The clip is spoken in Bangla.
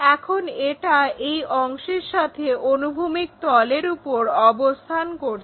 এখন এটা এই অংশের সাহায্যে অনুভূমিক তলের উপর অবস্থান করছে